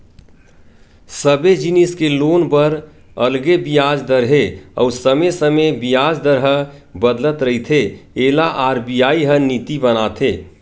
सबे जिनिस के लोन बर अलगे बियाज दर हे अउ समे समे बियाज दर ह बदलत रहिथे एला आर.बी.आई ह नीति बनाथे